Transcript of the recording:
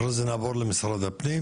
אחרי זה נעבור למשרד הפנים